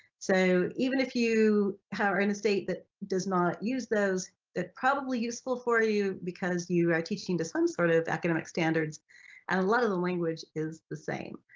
so even if you are in a state that does not use those that probably useful for you because you are teaching to some sort of academic standards and a lot of the language is the same.